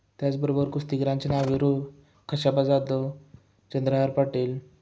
त्याचबरोबर कुस्तीवीरांचे नाव खशाबा जाधव चंद्रहार पाटील